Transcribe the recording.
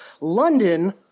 London